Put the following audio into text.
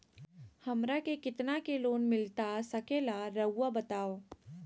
हमरा के कितना के लोन मिलता सके ला रायुआ बताहो?